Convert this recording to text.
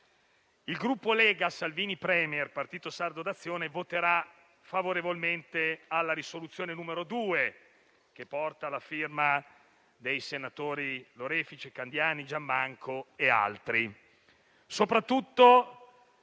il Gruppo Lega-Salvini Premier-Partito Sardo d'Azione voterà favorevolmente alla risoluzione n. 2, che porta la firma dei senatori Lorefice, Candiani, Giammanco e altri,